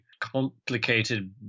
complicated